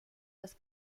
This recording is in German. das